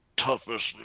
Toughest